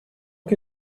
que